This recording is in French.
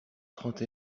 trente